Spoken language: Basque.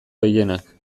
gehienak